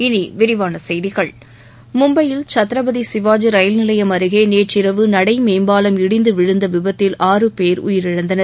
இனி விரிவான செய்திகள் மும்பையில் சத்ரபதி சிவாஜி ரயில்நிலையம் அருகே நேற்றிரவு நடை மேம்பாலம் இடிந்து விழுந்த விபத்தில் ஆறு பேர் உயிரிழந்தனர்